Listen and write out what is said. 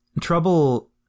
Trouble